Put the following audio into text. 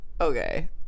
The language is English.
okay